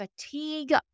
fatigue